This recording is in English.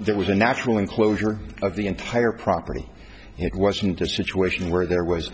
there was a natural enclosure of the entire property it wasn't a situation where there w